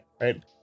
right